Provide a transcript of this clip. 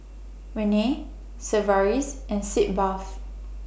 Rene Sigvaris and Sitz Bath